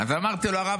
אז אמרתי לו: הרב,